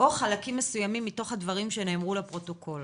או חלקים מסוימים מתוך הדברים שנאמרו לפרוטוקול